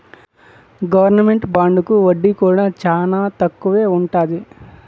government బాండుకి వడ్డీ కూడా చానా తక్కువే ఉంటది